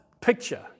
picture